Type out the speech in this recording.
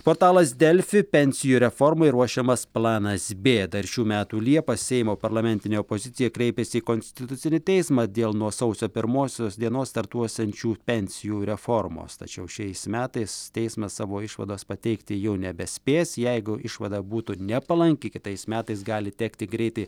portalas delfi pensijų reformai ruošiamas planas b dar šių metų liepą seimo parlamentinė opozicija kreipėsi į konstitucinį teismą dėl nuo sausio pirmosios dienos startuosiančių pensijų reformos tačiau šiais metais teismas savo išvados pateikti jau nebespės jeigu išvada būtų nepalanki kitais metais gali tekti greitai